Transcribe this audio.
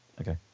Okay